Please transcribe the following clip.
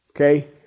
Okay